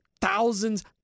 thousands